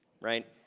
right